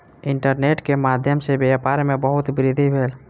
internet के माध्यम सॅ व्यापार में बहुत वृद्धि भेल